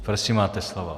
Prosím, máte slovo.